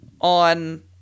on